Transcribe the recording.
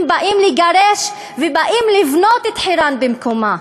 באים לגרש ובאים לבנות את חירן במקומה,